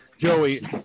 Joey